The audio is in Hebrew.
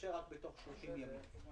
תתאפשר רק בתוך 30 ימים.